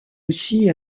aussi